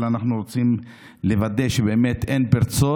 אבל אנחנו רוצים לוודא שבאמת אין פרצות